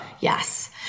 Yes